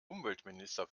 umweltminister